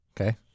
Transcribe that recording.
Okay